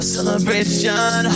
Celebration